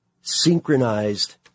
synchronized